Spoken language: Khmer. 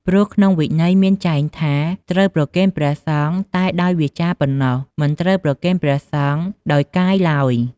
ព្រោះក្នុងវិន័យមានចែងថា ត្រូវប្រគេនព្រះសង្ឃតែដោយវាចាប៉ុណ្ណោះ មិនត្រូវប្រគេនព្រះសង្ឃដោយកាយឡើយ។